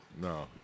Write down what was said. no